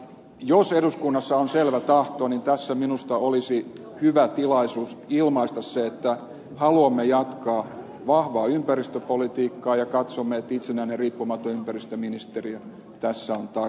jos eduskunnassa on selvä tahto niin tässä minusta olisi hyvä tilaisuus ilmaista se että haluamme jatkaa vahvaa ympäristöpolitiikkaa ja katsomme että itsenäinen riippumaton ympäristöministeriö tässä on tarpeellinen